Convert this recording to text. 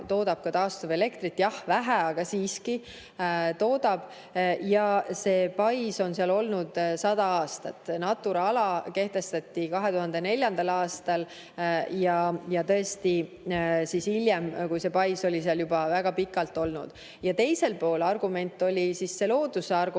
ka taastuvelektrit, jah vähe, aga siiski toodab, ja see pais on seal olnud sada aastat. Natura ala kehtestati 2004. aastal, tõesti hiljem, see pais oli seal juba väga pikalt olnud. Teiselt poolt oli see looduse argument,